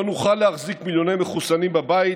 לא נוכל להחזיק מיליוני מחוסנים בבית,